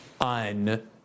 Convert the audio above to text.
on